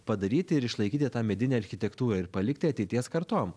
padaryti ir išlaikyti tą medinę architektūrą ir palikti ateities kartom